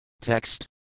Text